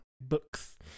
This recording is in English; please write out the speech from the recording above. books